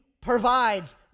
provides